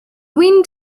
wind